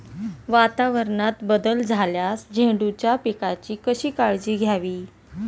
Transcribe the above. वातावरणात बदल झाल्यास झेंडूच्या पिकाची कशी काळजी घ्यावी?